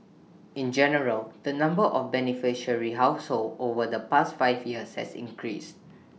in general the number of beneficiary households over the past five years has increased